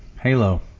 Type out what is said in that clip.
Halo